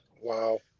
Wow